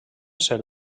ser